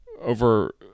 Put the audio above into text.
over